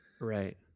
Right